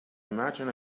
imagine